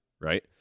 right